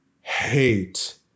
hate